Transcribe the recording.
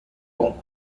con